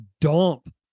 dump